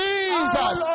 Jesus